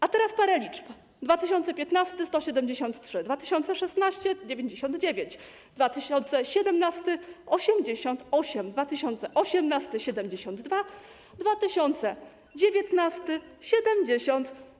A teraz parę liczb: 2015 r. - 173, 2016 r. - 99, 2017 r. - 88, 2018 r. - 72, 2019 r. - 70.